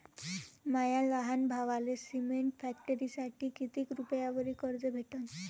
माया लहान भावाले सिमेंट फॅक्टरीसाठी कितीक रुपयावरी कर्ज भेटनं?